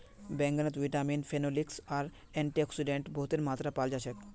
बैंगनत vitamin, phenolics आर antioxidant बहुतेर मात्रात पाल जा छेक